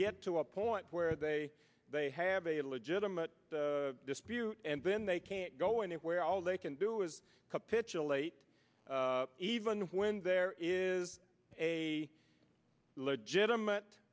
get to a point where they they have a legitimate dispute and then they can't go anywhere all they can do is capitulate even when there is a legitimate